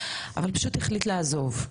אבל פשוט החליט לעזוב,